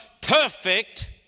perfect